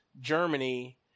Germany